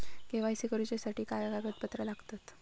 KYC करूच्यासाठी काय कागदपत्रा लागतत?